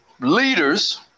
Leaders